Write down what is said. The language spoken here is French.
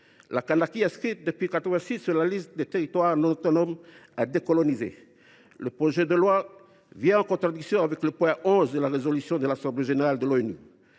La Kanaky est inscrite depuis 1986 sur la liste des territoires non autonomes à décoloniser. Le projet de loi est en contradiction avec le point 11 de la résolution de l’Assemblée générale des